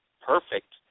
perfect